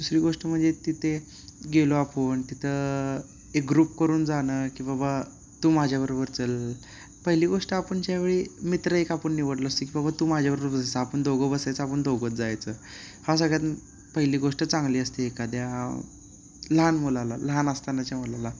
दुसरी गोष्ट म्हणजे तिथे गेलो आपण तिथं एक ग्रुप करून जाणं की बाबा तू माझ्याबरोबर चल पहिली गोष्ट आपण ज्यावेळी मित्र एक आपण निवडलं असतो की बाबा तू माझ्याबरोबर बसायचं आपण दोघं बसायचं आपण दोघंच जायचं हा सगळ्यात पहिली गोष्ट चांगली असते एखाद्या लहान मुलाला लहान असतानाच्या मुलाला